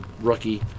rookie